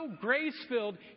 grace-filled